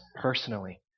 personally